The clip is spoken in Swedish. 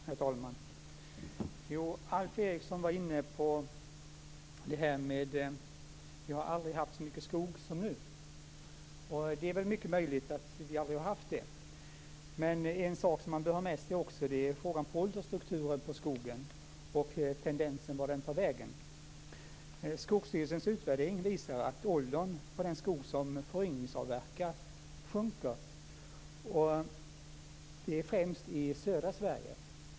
Herr talman! Alf Eriksson var inne på detta med att vi aldrig har haft så mycket skog som nu, och det är mycket möjligt. Men en sak som man bör ha med sig är frågan om strukturen på skogen håller och vart tendensen leder. Skogsstyrelsens utvärdering visar att åldern på den skog som föryngringsavverkas sjunker, främst i södra Sverige.